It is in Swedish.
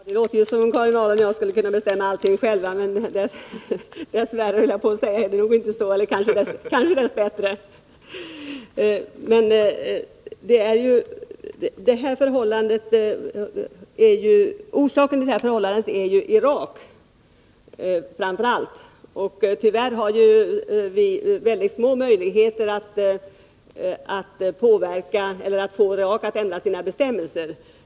Herr talman! Det låter ju som om Karin Ahrland och jag skulle kunna bestämma allting själva, men dess värre — eller kanske dess bättre — är det inte så. Orsaken till det förhållande som vi nu diskuterar är ju att finna framför allt i Irak. Tyvärr har vi mycket små möjligheter att få Irak att ändra sina bestämmelser.